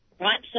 right